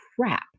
crap